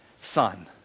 son